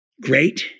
great